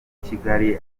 kigali